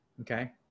Okay